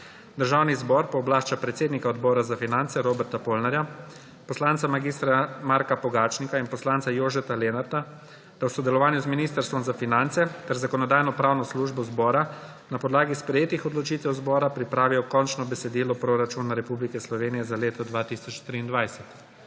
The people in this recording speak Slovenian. Državni zbor pooblašča predsednika Odbora za finance Roberta Polnarja, poslanca mag. Marka Pogačnika in poslanca Jožeta Lenarta, da v sodelovanju z Ministrstvom za finance ter Zakonodajno-pravno službo zbora na podlagi sprejetih odločitev zbora pripravijo končno besedilo proračuna Republike Slovenije za leto 2023.